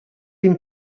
been